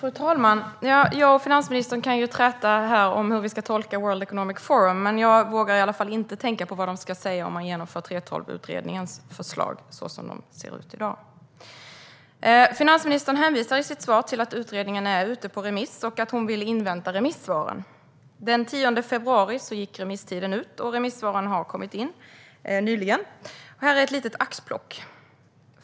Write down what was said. Fru talman! Jag och finansministern kan ju träta om hur vi ska tolka World Economic Forum - jag vågar i alla fall inte tänka på vad de ska säga om regeringen genomför 3:12-utredningens förslag som de ser ut i dag. Finansministern hänvisar i sitt svar till att utredningen är ute på remiss och att hon vill invänta remissvaren. Den 10 februari gick remisstiden ut, och remissvaren har nyligen kommit in. Jag ska nu läsa upp ett litet axplock.